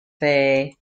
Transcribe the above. faye